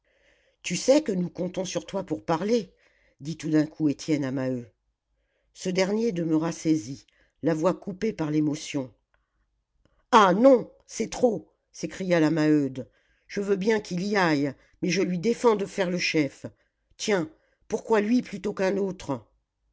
tu sais que nous comptons sur toi pour parler dit tout d'un coup étienne à maheu ce dernier demeura saisi la voix coupée par l'émotion ah non c'est trop s'écria la maheude je veux bien qu'il y aille mais je lui défends de faire le chef tiens pourquoi lui plutôt qu'un autre